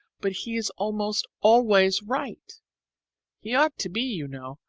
but he is almost always right he ought to be, you know,